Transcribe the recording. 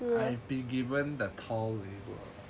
I have been given the tall label